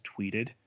tweeted